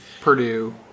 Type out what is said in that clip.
Purdue